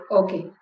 okay